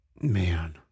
Man